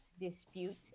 dispute